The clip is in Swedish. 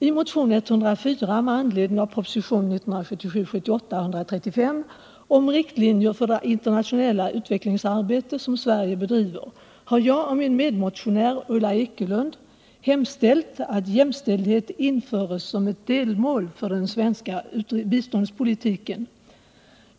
I motionen 1904 med anledning av propositionen 1977/ 78:135 om riktlinjer för det internationella utvecklingssamarbete som Sverige bedriver har jag och min medmotionär Ulla Ekelund hemställt att jämställdhet införs som ett delmål för den svenska biståndspolitiken.